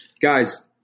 Guys